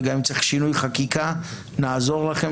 וגם אם צריך שינוי חקיקה נעזור לכם